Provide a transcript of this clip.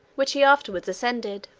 which he afterwards ascended.